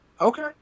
Okay